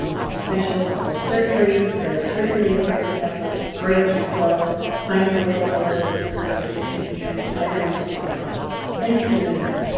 it's essential before surgeries there are surgery dates that are coming up so it's great that you're still finding a way forward with the current restrictions and trying to keep everyone as safe as possible so thank you for doing that.